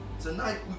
Tonight